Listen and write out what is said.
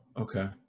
okay